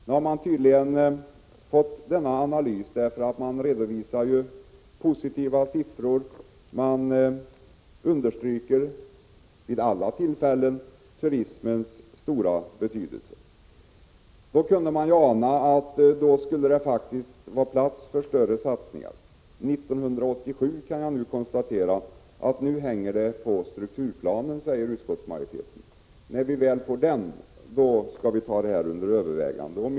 Nu har man tydligen fått denna analys utförd, eftersom man redovisar positiva siffror och vid alla tillfällen understryker turismens stora betydelse. Man kunde tidigare ana att det faktiskt skulle bli utrymme för större satsningar. Nu 1987 kan jag konstatera att detta enligt utskottsmajoritetens uttalanden är avhängigt av strukturplanen. När denna väl är framlagd skall man ta upp frågan till övervägande.